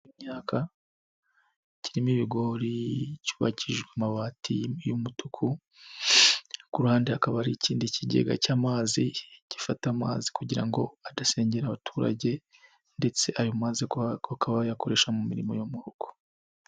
Imyaka kirimo ibigori cyubakijwe amabati y'umutuku ku ruhande hakaba hari ikindi kigega cy'amazi, gifata amazi kugira ngo adasenyera abaturage, ndetse ayo mazi ukaba wayakoresha mu mirimo yo mu rugo.